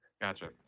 Gotcha